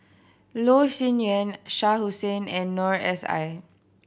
Loh Sin Yun Shah Hussain and Noor S I